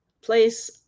place